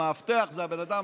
המאבטח זה הבן אדם